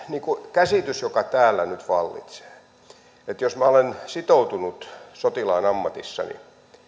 käsitys täällä nyt vallitsee että jos minä olen sitoutunut sotilaan ammatissani